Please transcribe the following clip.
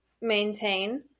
maintain